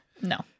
No